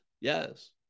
Yes